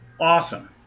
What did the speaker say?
Awesome